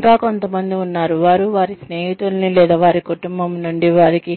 ఇంకా కొంతమంది ఉన్నారు వారు వారి స్నేహితులనీ లేదా వారి కుటుంబం నుండి వారికి